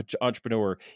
entrepreneur